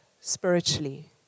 spiritually